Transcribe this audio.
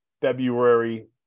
February